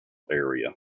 area